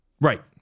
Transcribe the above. Right